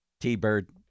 t-bird